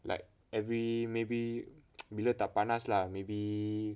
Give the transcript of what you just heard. like every maybe bila tak panas lah maybe